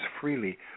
freely